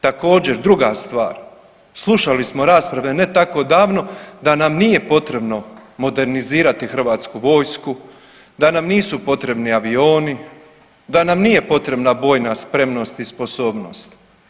Također druga stvar, slušali smo rasprave ne tako davno da nam nije potrebno modernizirati hrvatsku vojsku, da nam nisu potrebni avioni, da nam nije potrebna bojna spremnost i sposobnost.